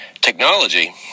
technology